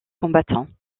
combattants